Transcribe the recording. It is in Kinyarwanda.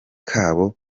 kabo